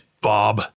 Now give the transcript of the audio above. Bob